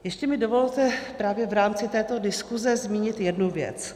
Ještě mi dovolte právě v rámci této diskuze zmínit jednu věc.